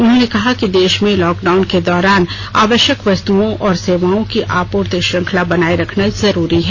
उन्होंने कहा कि देश में लॉकडाउन के दौरान आवश्यक वस्तुओं और सेवाओं की आपूर्ति श्रृंखला बनाये रखना जरूरी है